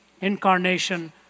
incarnation